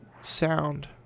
sound